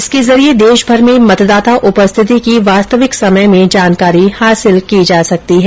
इसके जरिये देशभर में मतदाता उपरिथति की वास्तविक समय में जानकारी हासिल की जा सकती है